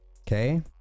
Okay